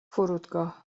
فرودگاه